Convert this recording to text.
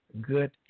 good